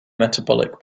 metabolic